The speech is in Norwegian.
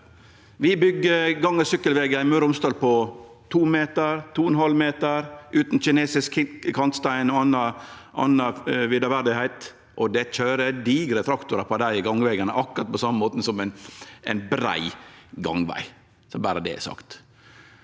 Vi byggjer gang- og sykkelvegar i Møre og Romsdal på 2 meter, 2,5 meter, utan kinesisk kantstein og andre viderverdigheiter. Det køyrer digre traktorar på dei gangvegane akkurat på same måten som på ein brei gangveg. Berre så det er sagt.